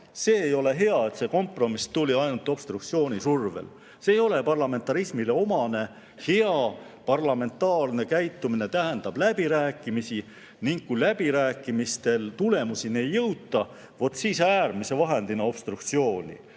aga ei ole hea, et see kompromiss tuli ainult obstruktsiooni survel. See ei ole parlamentarismile omane. Hea parlamentaarne käitumine tähendab läbirääkimisi ning kui läbirääkimistel tulemuseni ei jõuta, vaat siis äärmise vahendina kasutatakse